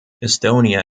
estonia